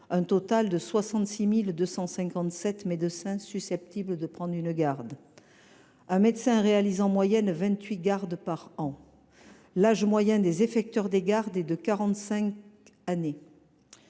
un total de 66 257 médecins susceptibles de prendre une garde. Un médecin réalise en moyenne vingt huit gardes chaque année et l’âge moyen des effecteurs de gardes est de 45 ans.